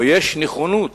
או יש נכונות